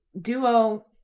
Duo